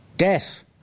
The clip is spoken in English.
Death